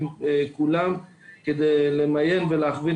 כל השטח מחכה